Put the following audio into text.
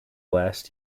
last